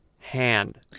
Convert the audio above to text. hand